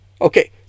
Okay